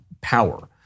power